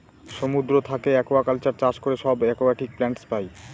সমুদ্র থাকে একুয়াকালচার চাষ করে সব একুয়াটিক প্লান্টস পাই